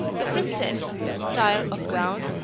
the princesse style of gown,